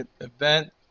event